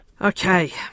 Okay